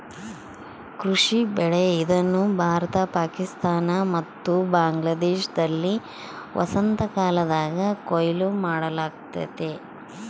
ಕೃಷಿ ಬೆಳೆ ಇದನ್ನು ಭಾರತ ಪಾಕಿಸ್ತಾನ ಮತ್ತು ಬಾಂಗ್ಲಾದೇಶದಲ್ಲಿ ವಸಂತಕಾಲದಾಗ ಕೊಯ್ಲು ಮಾಡಲಾಗ್ತತೆ